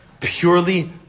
Purely